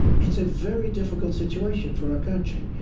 it's a very difficult situation for our country.